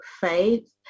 Faith